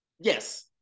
yes